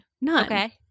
None